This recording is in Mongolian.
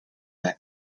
байв